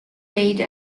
made